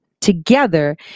together